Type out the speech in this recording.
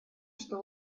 что